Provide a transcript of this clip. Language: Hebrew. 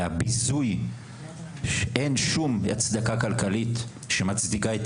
והביזוי שאין שום הצדקה כלכלית שמצדיקה את